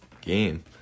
game